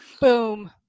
Boom